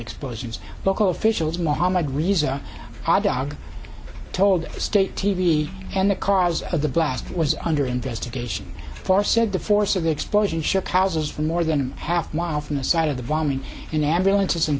explosions local officials mohamad riza dog told state t v and the cause of the blast was under investigation for said the force of the explosion shook houses for more than a half mile from the site of the bombing an ambulance and